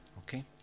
Okay